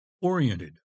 oriented